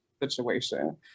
situation